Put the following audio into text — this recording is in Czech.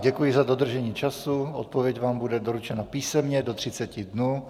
Děkuji za dodržení času, odpověď vám bude doručena písemně do 30 dnů.